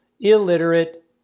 illiterate